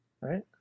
right